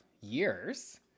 years